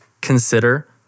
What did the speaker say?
consider